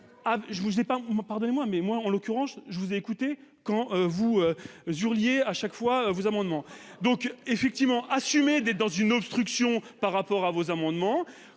pardonnez-moi, mais moi en l'occurrence, je vous ai écouté quand vous jure liés à chaque fois vous amendements donc effectivement assumer des dans une obstruction par rapport à vos amendements